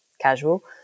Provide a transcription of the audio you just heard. casual